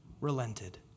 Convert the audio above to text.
relented